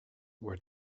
were